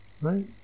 right